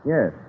Yes